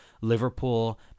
Liverpool